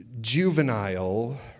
Juvenile